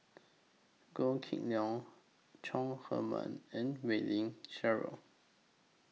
Goh Kheng Long Chong Heman and Wei Ling Cheryl